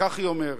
כך היא אומרת: